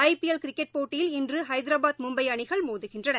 ஐ PL cricket போட்டியில் இன்றுஹைதராபாத் மும்பைஅணிகள் மோதுகின்றன